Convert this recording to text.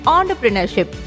Entrepreneurship